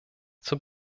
zur